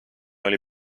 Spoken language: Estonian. oli